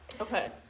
Okay